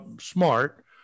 smart